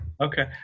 Okay